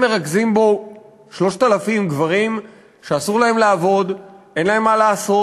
מרכזים בו 3,000 גברים שאסור להם לעבוד ואין להם מה לעשות?